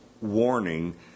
warning